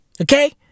Okay